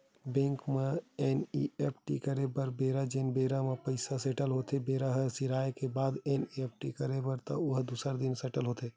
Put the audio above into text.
bank म NEFT करे बर बेरा हे जेने बेरा म पइसा सेटल होथे बेरा ह सिराए के बाद एन.ई.एफ.टी करबे त ओ ह दूसर दिन सेटल होथे